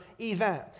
event